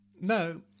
No